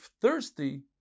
thirsty